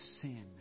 sin